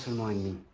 one